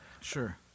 Sure